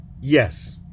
Yes